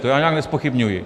To já nezpochybňuji.